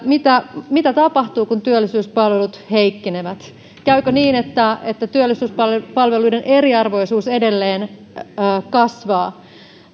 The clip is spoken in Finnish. mitä mitä tapahtuu kun työllisyyspalvelut heikkenevät käykö niin että että työllisyyspalveluiden eriarvoisuus edelleen kasvaa